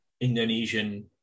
Indonesian